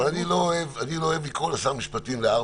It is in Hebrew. אבל אני לא אוהב לקרוא לשר המשפטים ל-4,